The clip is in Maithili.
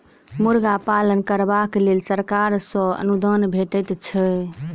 मुर्गा पालन करबाक लेल सरकार सॅ अनुदान भेटैत छै